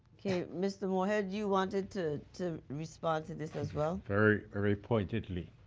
mr. moore head you wanted to to respond to this as well. very ah very poignantly.